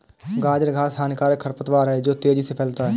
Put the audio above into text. गाजर घास हानिकारक खरपतवार है जो तेजी से फैलता है